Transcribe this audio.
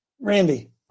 Randy